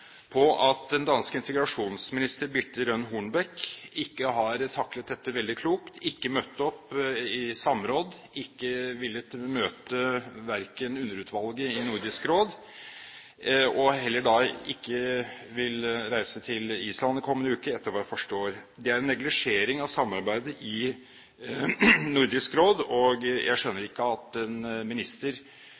på at den danske integrasjonsminister Birthe Rønn Hornbech ikke har taklet dette veldig klokt. Hun har ikke møtt opp i samråd. Hun har ikke villet møte underutvalget i Nordisk Råd, og hun vil heller ikke reise til Island kommende uke, etter hva jeg forstår. Det er en neglisjering av samarbeidet i Nordisk Råd. Jeg skjønner ikke at en minister